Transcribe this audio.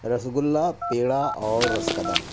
رس گلہ پیڑا اور رس کدم